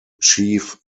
chief